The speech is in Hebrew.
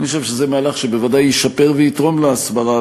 אני חושב שזה מהלך שבוודאי ישפר ויתרום לנושא ההסברה,